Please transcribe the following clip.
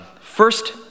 First